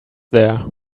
there